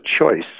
choice